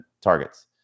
targets